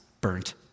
burnt